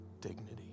dignity